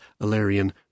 Alarion